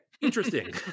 interesting